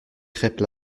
crêpes